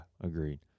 agreed